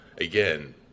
again